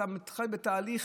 אתה חי בתהליך